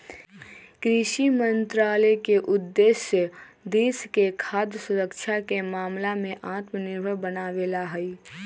कृषि मंत्रालय के उद्देश्य देश के खाद्य सुरक्षा के मामला में आत्मनिर्भर बनावे ला हई